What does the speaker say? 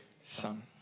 Son